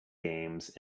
games